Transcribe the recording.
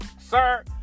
sir